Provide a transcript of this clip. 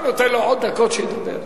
תודה,